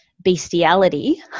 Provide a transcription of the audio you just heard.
bestiality